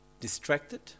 distracted